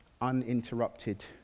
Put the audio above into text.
uninterrupted